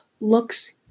looks